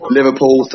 Liverpool